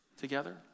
together